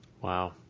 Wow